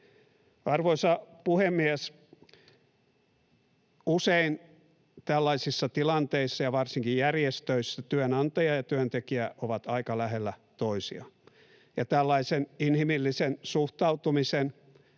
Arvoisa puhemies! Usein tällaisissa tilanteissa ja varsinkin järjestöissä työnantaja ja työntekijä ovat aika lähellä toisiaan ja tällaisen inhimillisen suhtautumisen